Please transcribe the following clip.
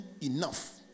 enough